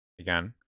again